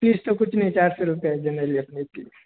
fees तो कुछ नहीं चार सौ रुपये है जेनरली अपनी फीस